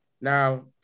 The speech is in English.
Now